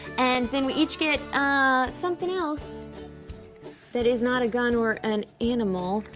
and then we each get ah somethin' else that is not a gun or an animal.